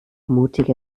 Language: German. mutige